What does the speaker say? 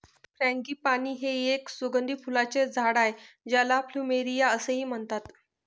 frangipani हे एक सुगंधी फुलांचे झाड आहे ज्याला प्लुमेरिया असेही म्हणतात